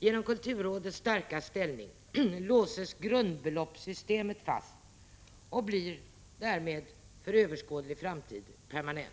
Genom kulturrådets starka ställning låses grundbeloppssystemet fast och blir därmed för överskådlig framtid permanent.